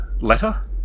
letter